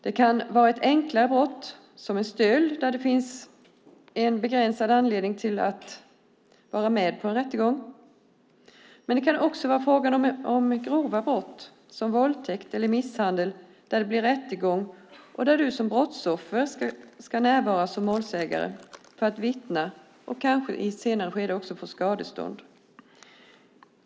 Det kan vara ett enklare brott, som en stöld, där det finns en begränsad anledning att vara med på en rättegång. Men det kan också vara fråga om grova brott, som våldtäkt eller misshandel, där det blir rättegång och där du som brottsoffer ska närvara som målsägare för att vittna och kanske också i ett senare skede få skadestånd.